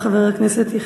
חבר הכנסת דוד אזולאי,